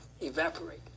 evaporate